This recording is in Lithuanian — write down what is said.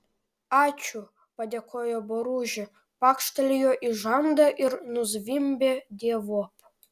ačiū padėkojo boružė pakštelėjo į žandą ir nuzvimbė dievop